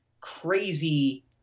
crazy